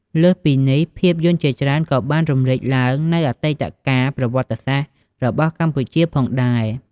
លើសពីនេះ ភាពយន្តជាច្រើនក៏បាន រំលេចឡើងនូវអតីតកាលប្រវត្តិសាស្ត្ររបស់កម្ពុជា ផងដែរ។